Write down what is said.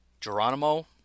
Geronimo